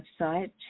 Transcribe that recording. website